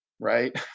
right